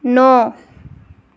नौ